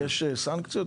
יש סנקציות?